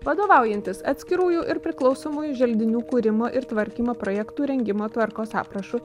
vadovaujantis atskirųjų ir priklausomųjų želdinių kūrimo ir tvarkymo projektų rengimo tvarkos aprašu